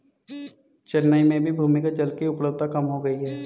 चेन्नई में भी भूमिगत जल की उपलब्धता कम हो गई है